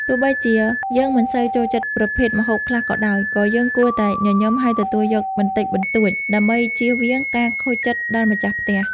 ទោះបីជាយើងមិនសូវចូលចិត្តប្រភេទម្ហូបខ្លះក៏ដោយ ក៏យើងគួរតែញញឹមហើយទទួលយកបន្តិចបន្តួចដើម្បីជៀសវាងការខូចចិត្តដល់ម្ចាស់ផ្ទះ។